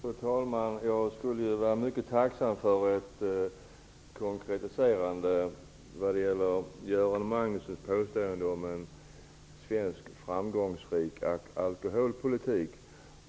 Fru talman! Jag skulle vara mycket tacksam för ett konkretiserande när det gäller Göran Magnussons påstående om en framgångsrik svensk alkoholpolitik.